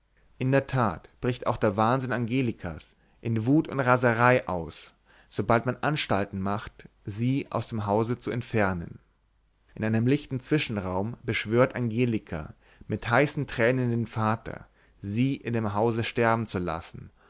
in der tat bricht auch der wahnsinn angelikas in wut und raserei aus sobald man anstalten macht sie aus dem hause zu entfernen in einem lichten zwischenraum beschwört angelika mit heißen tränen den vater sie in dem hause sterben zu lassen